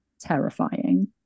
terrifying